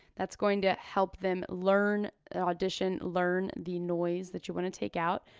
that's going to help them learn, the audition learn, the noise that you wanna take out.